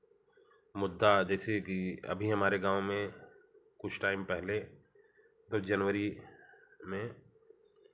मुद्दा जैसे कि अभी हमारे गाँव में कुछ टाइम पहले दस जनवरी में